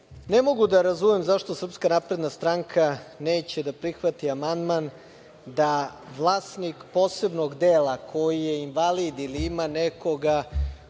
ne mogu da razumem zašto SNS neće da prihvati amandman da vlasnik posebnog dela koji je invalid, ili ima nekoga